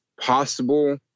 possible